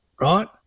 Right